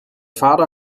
vader